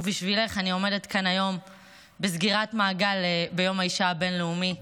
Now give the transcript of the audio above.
ובשבילך אני עומדת כאן היום בסגירת מעגל ביום האישה הבין-לאומי,